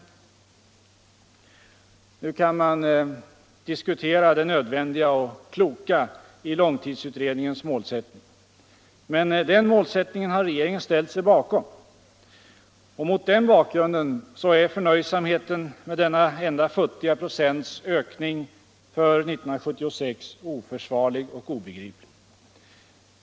Nu kan man diskutera det nödvändiga och kloka i långtidsutredningens målsättning. Men den målsättningen har regeringen ställt sig bakom. Mot den bakgrunden är förnöjsamheten med denna enda futtiga procents ökning för 1976 oförsvarlig och obegriplig.